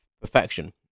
perfection